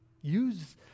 use